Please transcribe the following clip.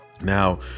Now